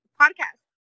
podcast